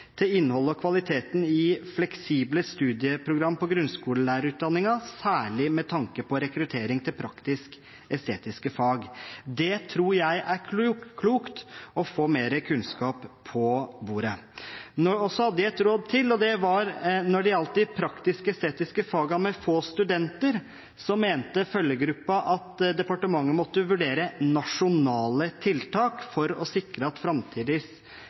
og kvaliteten i fleksible studieprogram på grunnskolelærerutdanningen, særlig med tanke på rekruttering til praktisk-estetiske fag. Det tror jeg er klokt – å få mer kunnskap på bordet. De hadde et råd til, og det gjaldt de praktisk-estetiske fagene med få studenter. Der mente følgegruppen at departementet måtte vurdere nasjonale tiltak for å sikre at